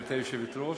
גברתי היושבת-ראש,